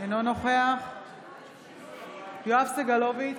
אינו נוכח יואב סגלוביץ'